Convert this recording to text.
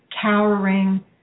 cowering